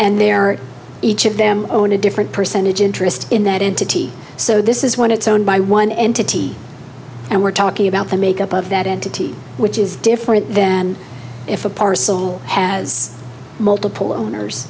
and there are each of them own a different percentage interest in that into so this is when it's owned by one entity and we're talking about the make up of that entity which is different than if a parcel has multiple